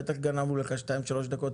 בטח גנבנו לך 2 3 דקות,